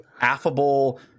affable